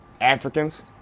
Africans